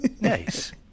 Nice